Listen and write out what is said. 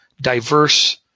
diverse